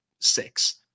six